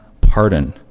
pardon